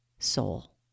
soul